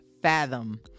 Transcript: fathom